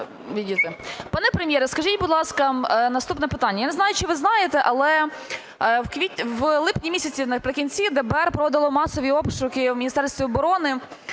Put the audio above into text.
Пане прем'єре, скажіть, будь ласка, наступне питання, я не знаю чи ви знаєте, але у липні місяці наприкінці ДБР проводило масові обшуки у Міністерстві оборони